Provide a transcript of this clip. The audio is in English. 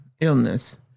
illness